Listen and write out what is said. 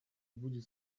будет